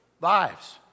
lives